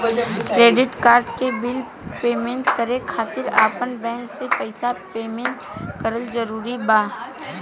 Credit card के bill payment करे खातिर आपन बैंक से पईसा पेमेंट करल जरूरी बा?